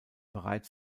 bereits